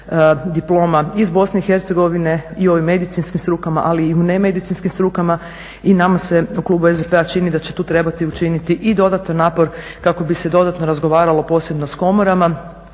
iz BiH i u ovim medicinskim strukama, ali i u nemedicinskim strukama i nama se u klubu SDP-a čini da će tu trebati učiniti i dodatne napore kako bi se dodatno razgovaralo posebno s komorama